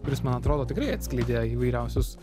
kuris man atrodo tikrai atskleidė įvairiausius